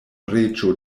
reĝo